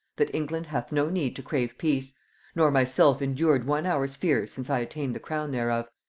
that england hath no need to crave peace nor myself indured one hour's fear since i attained the crown thereof,